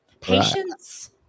Patience